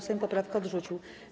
Sejm poprawkę odrzucił.